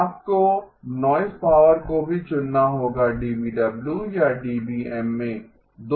आपको noise power को भी चुनना होगा dBW या dBm में